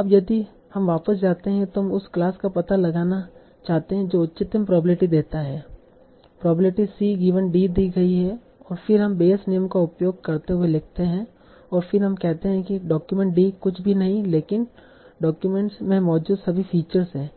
अब यदि हम वापस जाते हैं तो हम उस क्लास का पता लगाना चाहते हैं जो उच्चतम प्रोबेबिलिटी देता है प्रोबेबिलिटी c गिवन d दी गई और फिर हम बेयस नियम का उपयोग करते हुए लिखते हैं और फिर हम कहते हैं कि डॉक्यूमेंट d कुछ भी नहीं है लेकिन डॉक्यूमेंट में मौजूद सभी फीचर्स हैं